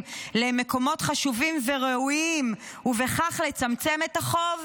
למקומות חשובים וראויים ובכך לצמצם את החוב?